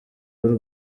w’u